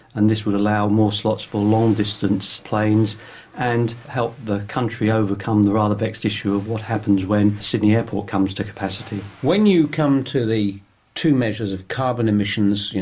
and this would allow more slots for long distance planes and help the country overcome the rather vexed issue of what happens when sydney airport comes to capacity. when you come to the two measures of carbon emissions,